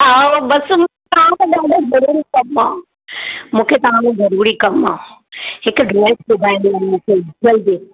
हा बसि मूंखे तव्हांखां ॾाढो ज़रूरी कमु आहे मूंखे तव्हां में ज़रूरी कमु आहे हिकु ड्रैस सिबाईणी हुई जल्दी